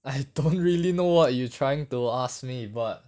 I don't really know what you trying to ask me but